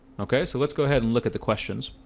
okay. so let's go ahead and look at the questions